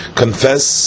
confess